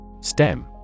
STEM